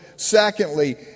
Secondly